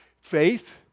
Faith